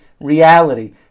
reality